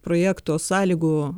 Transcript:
projekto sąlygų